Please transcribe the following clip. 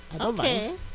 okay